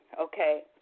okay